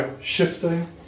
shifting